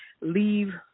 leave